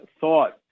thought